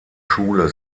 schule